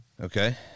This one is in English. okay